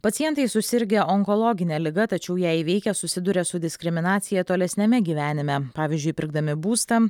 pacientai susirgę onkologine liga tačiau ją įveikę susiduria su diskriminacija tolesniame gyvenime pavyzdžiui pirkdami būstą